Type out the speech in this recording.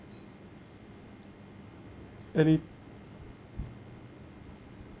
any